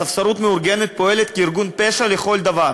הספסרות המאורגנת פועלת כארגון פשע לכל דבר.